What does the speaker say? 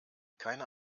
keine